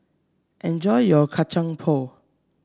enjoy your Kacang Pool